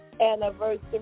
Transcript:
anniversary